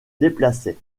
déplaçait